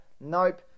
Nope